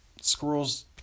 squirrels